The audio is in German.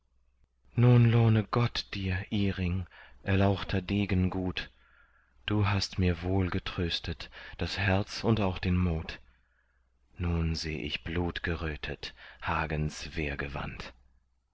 nun lohne gott dir iring erlauchter degen gut du hast mir wohl getröstet das herz und auch den mut nun seh ich blutgerötet hagens